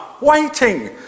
waiting